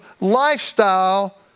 lifestyle